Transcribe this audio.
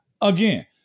Again